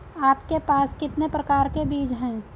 आपके पास कितने प्रकार के बीज हैं?